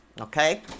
Okay